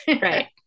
Right